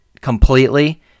completely